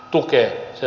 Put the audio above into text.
tukee se